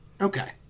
Okay